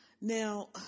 Now